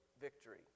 victory